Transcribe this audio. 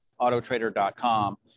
autotrader.com